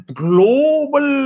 global